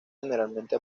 generalmente